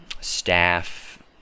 staff